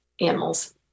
animals